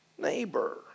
neighbor